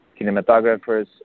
Cinematographers